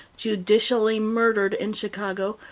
judicially murdered in chicago,